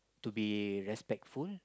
to be respectful